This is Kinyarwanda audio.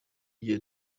igihe